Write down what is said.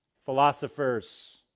philosophers